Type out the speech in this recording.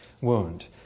wound